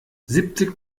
siebzig